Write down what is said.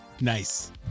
Nice